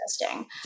testing